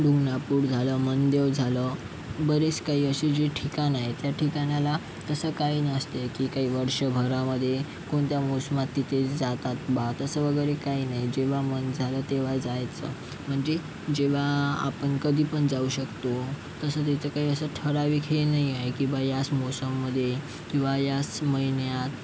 डुंगनापूर झालं मनदेव झालं बरेच काही असे जे ठिकाणं आहेत ठिकाणाला असं काही नसते की काही वर्षभरामध्ये कोणत्या मोसमात तिथे जातात बा तसं वगैरे काही नाही जेव्हा मन झालं तेव्हा जायचं म्हणजे जेव्हा आपण कधी पण जाऊ शकतो तसं तिथे काही असं ठराविक हे नाही आहे की बा याच मोसममध्ये किंवा याच महिन्यात